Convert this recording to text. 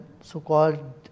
so-called